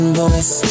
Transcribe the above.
voice